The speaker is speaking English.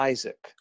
Isaac